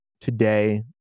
today